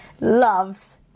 loves